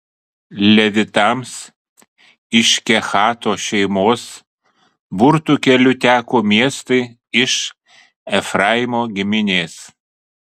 levitams iš kehato šeimos burtų keliu teko miestai iš efraimo giminės